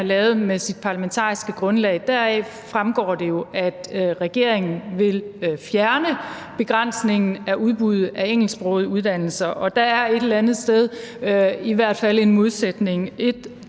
har lavet med sit parlamentariske grundlag, fremgår det jo, at regeringen vil fjerne begrænsningen af udbuddet af engelsksprogede uddannelser. Der er i hvert fald et eller andet sted en modsætning.